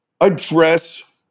address